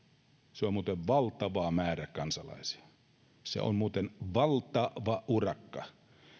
se on muuten valtava määrä kansalaisia se on muuten valtava urakka